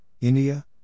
India